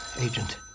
agent